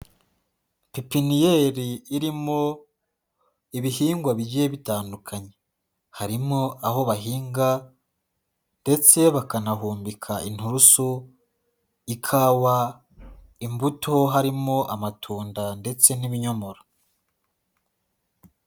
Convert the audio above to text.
Pipiniyeri irimo ibihingwa bigiye bitandukanye. Harimo aho bahinga ndetse bakanahumbika inturusu, ikawa, imbuto harimo amatunda ndetse n'ibinyomoro.